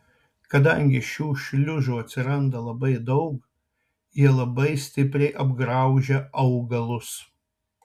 kadangi šių šliužų atsiranda labai daug jie labai stipriai apgraužia augalus